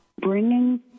bringing